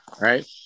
right